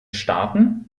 staaten